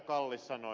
kallis sanoi